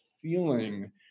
feeling